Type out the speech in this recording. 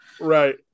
Right